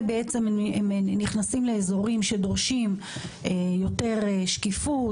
הן נכנסות לאזורים שדורשים יותר שקיפות,